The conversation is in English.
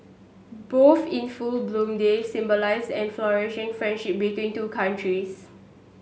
both in full bloom they symbolise and flourishing friendship between two countries